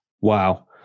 Wow